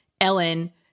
Ellen